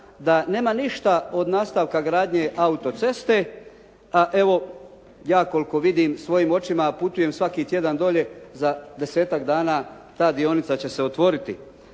da nema ništa od nastavka gradnje autoceste, a evo ja koliko vidim svojim očima, a putujem svaki tjedan dolje, za 10-ak dana ta dionica će se otvoriti.